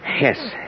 Yes